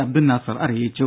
അബ്ദുൾ നാസർ അറിയിച്ചു